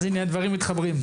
אז הנה, הדברים מתחברים.